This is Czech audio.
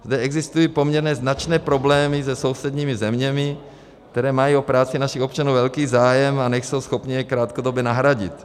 Zde existují poměrně značné problémy se sousedními zeměmi, které mají o práci našich občanů velký zájem a nejsou schopny je krátkodobě nahradit.